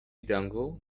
dongle